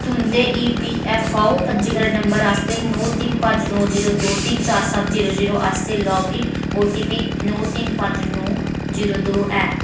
तुं'दे ईपीऐफ्फओ पंजीकृत mobile number आस्तै नौ तिन पंज नौ जीरो दो तिन चार सत्त जीरो जीरो आस्तै लाग इन ओटीपी नौ तिन पंज नौ जीरो दो ऐ